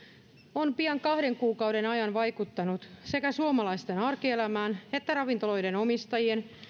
on pian kahden kuukauden ajan vaikuttanut sekä suomalaisten arkielämään että ravintoloiden omistajien